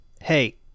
hey